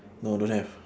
no don't have